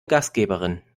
gastgeberin